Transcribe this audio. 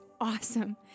awesome